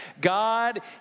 God